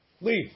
Leave